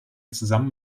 zusammen